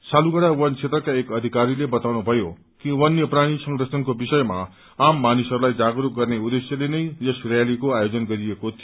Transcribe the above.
सालुगढ़ा बन क्षेत्रका एक अधिकारीले बताउनुभयो कि वन्य प्राणी संरक्षणको विषयमा आम मानिसहरूलाई जागरूक गर्ने उद्खेश्यले नै यस र्यालीको आयोजन गरिएको थियो